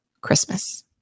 Christmas